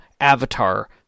avatar